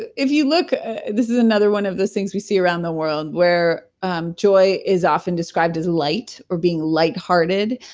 but if you look, this is another one of the things we see around the world where um joy is often described as light or being light hearted,